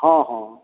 हँ हँ